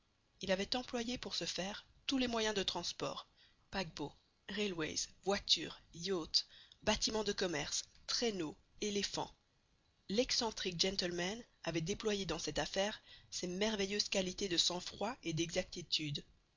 il avait employé pour ce faire tous les moyens de transport paquebots railways voitures yachts bâtiments de commerce traîneaux éléphant l'excentrique gentleman avait déployé dans cette affaire ses merveilleuses qualités de sang-froid et d'exactitude